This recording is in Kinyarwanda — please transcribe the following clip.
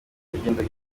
yagendaga